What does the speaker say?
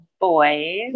boys